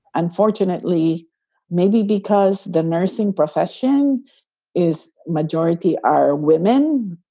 unfortunately maybe because the nursing profession is majority are women.